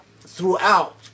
throughout